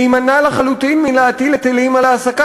להימנע לחלוטין מהטלת היטלים על העסקת